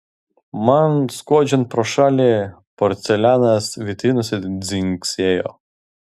man skuodžiant pro šalį porcelianas vitrinose dzingsėjo